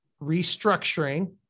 restructuring